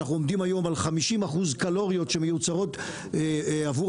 אנחנו עומדים היום על 50% קלוריות שמיוצרות עבור